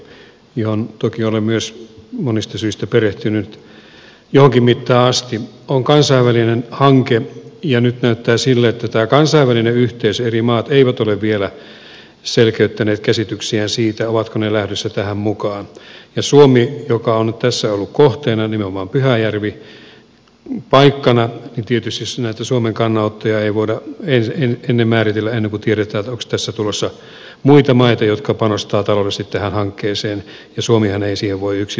laguna hanke johon toki olen myös monista syistä perehtynyt johonkin mittaan asti on kansainvälinen hanke ja nyt näyttää sille että tämä kansainvälinen yhteisö eri maat eivät ole vielä selkeyttäneet käsityksiään siitä ovatko ne lähdössä tähän mukaan ja kun suomi on nyt tässä ollut kohteena nimenomaan pyhäjärvi paikkana niin tietysti näitä suomen kannanottoja ei voida määritellä ennen kuin tiedetään onko tässä tulossa muita maita jotka panostavat taloudellisesti tähän hankkeeseen ja suomihan ei siihen voi yksin lähteä